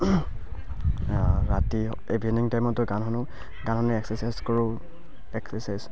ৰাতি ইভিনিং টাইমতো গান শুনো গান শুনি এক্সাৰচাইজ কৰোঁ এক্সাৰচাইজ